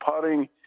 putting